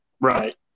right